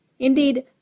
Indeed